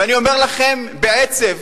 ואני אומר לכם בעצב